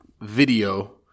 video